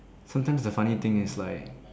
sometimes the funny thing is like